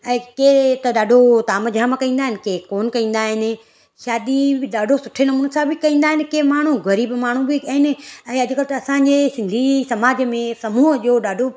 ऐं के त ॾाढो ताम झाम कंदा आहिनि की कोनि कंदा आहिनि शादी बि ॾाढो सुठे नमूने सां कईंदा आहिनि के माण्हू ग़रीबु माण्हू बि आहिनि ऐं अॼुकल्ह त असांजे सिंधी समाज में समूह जो ॾाढो